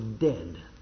dead